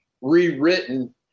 rewritten